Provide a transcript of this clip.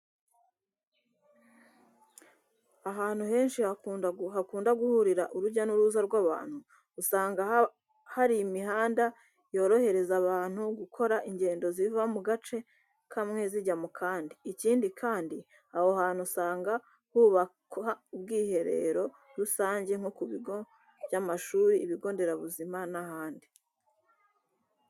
Ahantu henshi hakunda guhurira urujya n'uruza rw'abantu usanga haba hari imihanda yorohereza abantu gukora ingendo ziva mu gace kamwe zijya mu kandi. Ikindi kandi, aho hantu usanga hubakwa ubwiherero rusange nko ku bigo by'amashuri, ibigo nderabuzima n'ahandi.